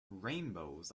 rainbows